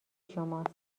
شماست